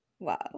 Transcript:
Wow